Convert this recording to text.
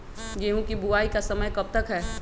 गेंहू की बुवाई का समय कब तक है?